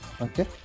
Okay